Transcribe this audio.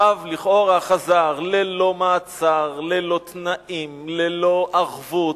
הרב לכאורה חזר ללא מעצר, ללא תנאים, ללא ערבות,